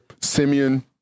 Simeon